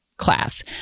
class